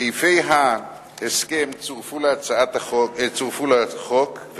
סעיפי ההסכם צורפו לחוק,